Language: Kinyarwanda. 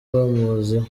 bamuziho